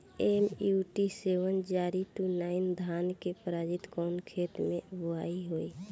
MUT seven zero two nine धान के प्रजाति कवने खेत मै बोआई होई?